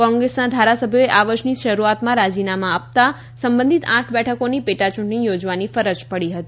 કોંગ્રેસના ધારાસભ્યોએ આ વર્ષની શરૂઆતમાં રાજીનામા આપતાં સંબંધિત આઠ બેઠકોની પેટા ચૂંટણી યોજવાની ફરજ પડી હતી